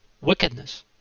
wickedness